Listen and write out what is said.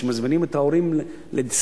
או שמזמינים את ההורים לשיחה,